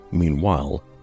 Meanwhile